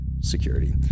security